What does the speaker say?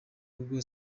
rugo